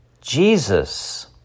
Jesus